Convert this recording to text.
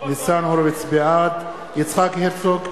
בעד יצחק הרצוג,